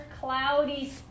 cloudy